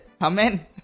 Amen